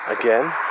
again